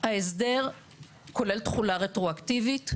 ההסדר כולל תחולה רטרואקטיבית,